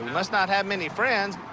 you must not have many friends.